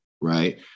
Right